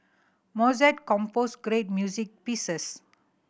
Mozart composed great music pieces